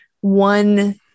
one